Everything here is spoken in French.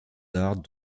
arts